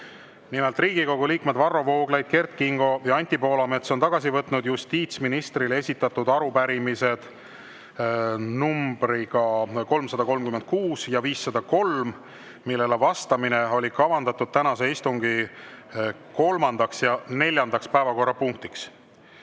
Nimelt, Riigikogu liikmed Varro Vooglaid, Kert Kingo ja Anti Poolamets on tagasi võtnud justiitsministrile esitatud arupärimised numbriga 336 ja 503, millele vastamine oli kavandatud tänase istungi kolmandaks ja neljandaks päevakorrapunktiks.